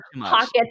pockets